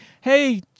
hey